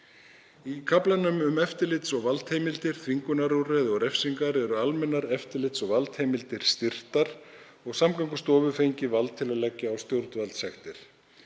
Í kaflanum um eftirlits- og valdheimildir, þvingunarúrræði og refsingar eru almennar eftirlits- og valdheimildir styrktar og Samgöngustofu fengið vald til að leggja á stjórnvaldssektir.